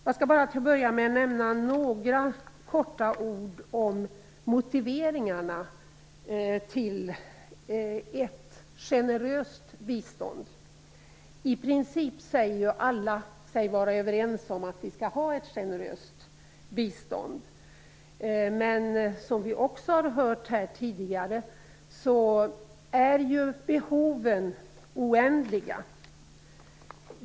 Jag skall bara börja med att säga några korta ord om motiveringarna till ett generöst bistånd. I princip säger sig alla vara överens om att vi skall ha ett generöst bistånd. Men som vi också har hört här tidigare är behoven oändliga.